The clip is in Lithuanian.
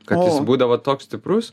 kad jis būdavo toks stiprus